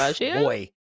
boy